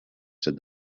said